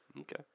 Okay